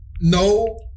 No